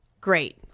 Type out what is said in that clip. great